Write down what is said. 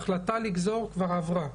ההחלטה לגזור כבר עברה.